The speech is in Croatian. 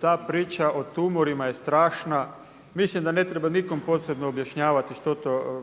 ta priča o tumorima je strašna. Mislim da ne treba nikom posebno objašnjavati što to